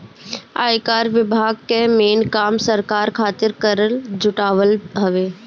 आयकर विभाग कअ मेन काम सरकार खातिर कर जुटावल हवे